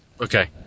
Okay